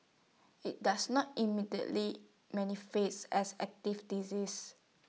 IT does not immediately manifest as active disease